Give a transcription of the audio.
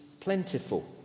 plentiful